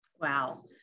Wow